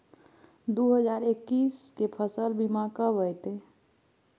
दु हजार एक्कीस के फसल बीमा कब अयतै?